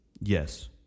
Yes